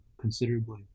considerably